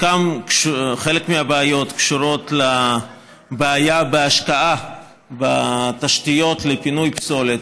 חלק מהבעיות קשורות לבעיה בהשקעה בתשתיות לפינוי פסולת